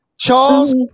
Charles